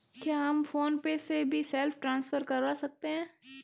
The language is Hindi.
क्या हम फोन पे से भी सेल्फ ट्रांसफर करवा सकते हैं?